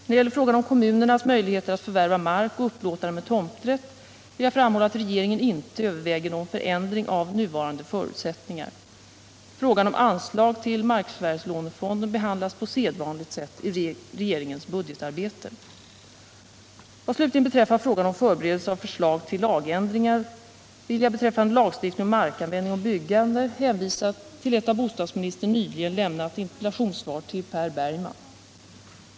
När det gäller kommunernas möjligheter att förvärva mark och upplåta den med tomträtt vill jag framhålla att regeringen inte överväger någon förändring av nuvarande förutsättningar. Frågan om anslag till markförvärvslånefonden behandlas på sedvanligt sätt i regeringens budgetarbete. Vad slutligen beträffar frågan om förberedelser av förslag till lagändringar, vill jag, beträffande lagstiftning om markanvändning och byggande, hänvisa till ett av bostadsministern nyligen lämnat interpellationssvar till Per Bergman.